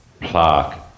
plaque